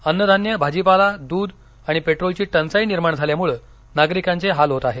अन्नधान्य भाजीपाला दृध आणि पेट्रोलची टंचाई निर्माण झाल्यामुळे नागरिकांचे हाल होत आहेत